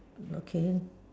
okay